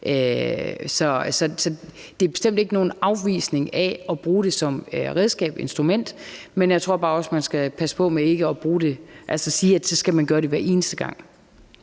Så det er bestemt ikke nogen afvisning af at bruge det som redskab, instrument, men jeg tror også bare, man skal passe på med at sige, at man skal gøre det hver eneste gang.